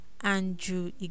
andrew